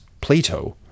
Plato